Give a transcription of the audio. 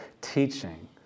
teaching